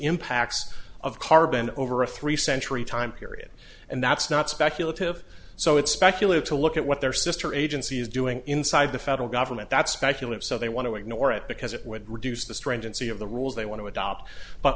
impacts of carbon over a three century time period and that's not speculative so it's speculative to look at what their sister agency is doing inside the federal government that's speculative so they want to ignore it because it would reduce the strength and see of the rules they want to adopt but